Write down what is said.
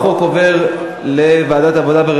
החוק עבר בקריאה טרומית ויועבר לוועדת העבודה,